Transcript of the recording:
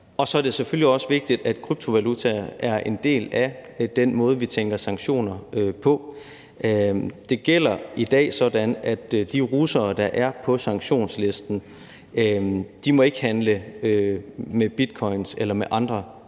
Og så er det selvfølgelig også vigtigt, at kryptovaluta er en del af den måde, vi tænker sanktioner på. Det er i dag sådan, at de russere, der er på sanktionslisten, ikke må handle med bitcoins eller med andre kryptovalutaer.